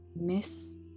Miss